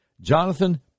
Jonathan